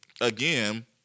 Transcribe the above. again